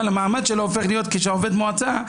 אבל המעמד שלו הופך להיות כשל עובד מועצה,